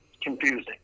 confusing